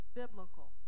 biblical